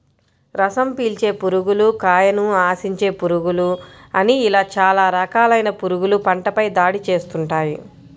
రసం పీల్చే పురుగులు, కాయను ఆశించే పురుగులు అని ఇలా చాలా రకాలైన పురుగులు పంటపై దాడి చేస్తుంటాయి